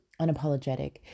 unapologetic